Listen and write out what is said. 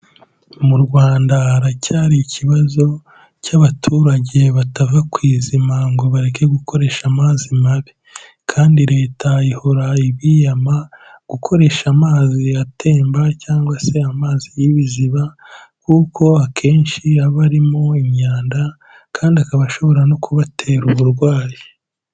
Mu Rwanda haracyari ikibazo cy'abaturage batava kw'izima ngo bareke gukoresha amazi mabi, kandi Leta ihora ibiyama gukoresha amazi atemba cyangwa se amazi y'ibiziba kuko akenshi aba arimo imyanda, kandi akaba ashobora no kubatera uburwayi.